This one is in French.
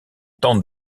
tente